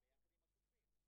לבקש מידע נוסף.